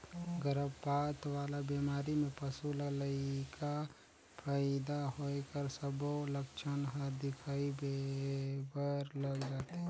गरभपात वाला बेमारी में पसू ल लइका पइदा होए कर सबो लक्छन हर दिखई देबर लग जाथे